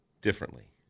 Differently